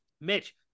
Mitch